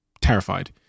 terrified